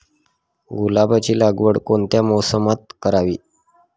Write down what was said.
गुलाबाची लागवड कोणत्या मोसमात करावी?